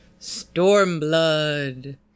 Stormblood